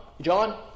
John